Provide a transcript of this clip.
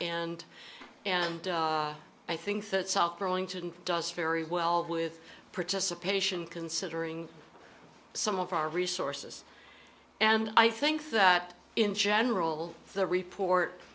and and i think that solved growing to and does very well with participation considering some of our resources and i think that in general the report